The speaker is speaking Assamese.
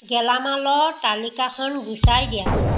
গেলামালৰ তালিকাখন গুচাই দিয়া